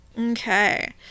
okay